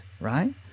Right